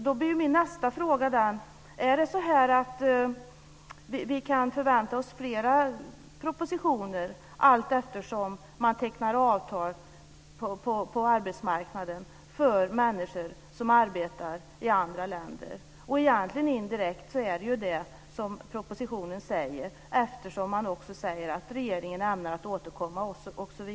Då blir min nästa fråga om vi kan förvänta oss flera propositioner allteftersom man tecknar avtal på arbetsmarknaden för människor som arbetar i andra länder. Indirekt är det ju det som står i propositionen, eftersom man skriver att regeringen ämnar återkomma.